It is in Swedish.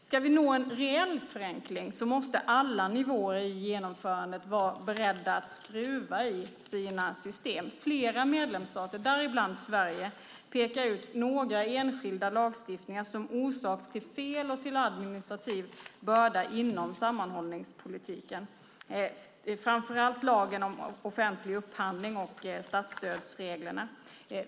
Ska vi nå en reell förenkling måste alla nivåer i genomförandet vara beredda att skruva i sina system. Flera medlemsstater, däribland Sverige, pekar ut några enskilda lagstiftningar som orsak till fel och till administrativ börda inom sammanhållningspolitiken. Det gäller framför allt lagen om offentlig upphandling och statsstödsreglerna.